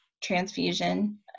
transfusion